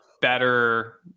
better